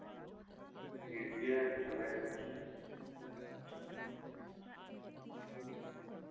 ᱴᱷᱤᱠᱜᱮᱭᱟ ᱛᱟᱞᱚᱦᱮ